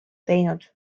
teinud